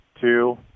two